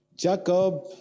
Jacob